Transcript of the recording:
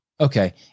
Okay